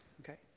Okay